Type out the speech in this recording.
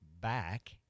back